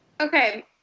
okay